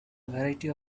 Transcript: variety